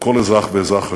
שכל אזרח ואזרח חשוב,